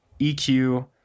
eq